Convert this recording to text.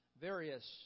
Various